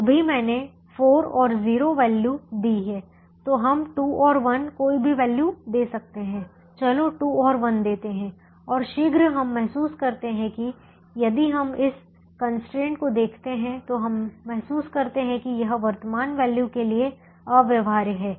अभी मैंने 4 और 0 वैल्यू दी हैं तो हम 2 और 1 कोई भी वैल्यू दे सकते हैं चलो 2 और 1 देते हैं और शीघ्र हम महसूस करते हैं कि यदि हम इस कंस्ट्रेंट को देखते हैं तो हम महसूस करते हैं कि यह वर्तमान वैल्यू के लिए अव्यवहार्य है